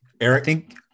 Eric